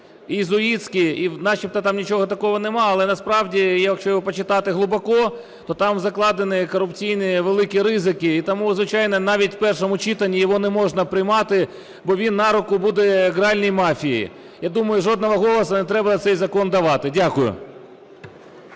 єзуїтський. І начебто там нічого такого нема, але насправді, якщо його почитати глибоко, то там закладені корупційні великі ризики. І тому, звичайно, навіть в першому читанні його не можна приймати, бо він на руку буде гральній мафії. Я думаю, жодного голосу не треба на цей закон давати. Дякую.